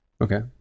Okay